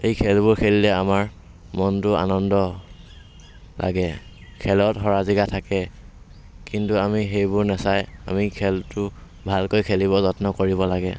সেই খেলবোৰ খেলিলে আমাৰ মনটো আনন্দ লাগে খেলত হৰা জিকা থাকে কিন্তু আমি সেইবোৰ নেচাই আমি খেলটো ভালকৈ খেলিব যত্ন কৰিব লাগে